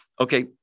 Okay